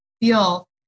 feel